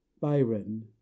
byron